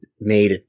made